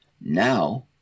Now